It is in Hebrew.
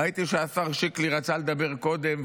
ראיתי שהשר שיקלי רצה לדבר קודם,